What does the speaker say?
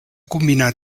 combinar